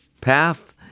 Path